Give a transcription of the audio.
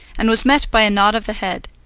and was met by a nod of the head,